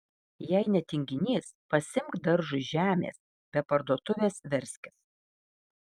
jei ne tinginys pasiimk daržui žemės be parduotuvės verskis